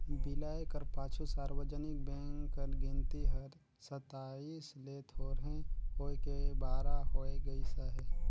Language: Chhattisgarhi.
बिलाए कर पाछू सार्वजनिक बेंक कर गिनती हर सताइस ले थोरहें होय के बारा होय गइस अहे